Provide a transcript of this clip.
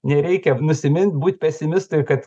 nereikia nusimint būt pesimistui kad